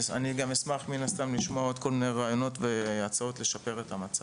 אני גם אשמח מן הסתם לשמוע עוד כל מיני רעיונות והצעות לשפר את המצב.